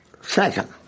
Second